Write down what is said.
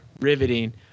riveting